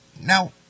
Now